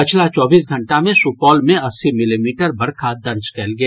पछिला चौबीस घंटा मे सुपौल मे अस्सी मिलीमीटर बरखा दर्ज कयल गेल